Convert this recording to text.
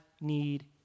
need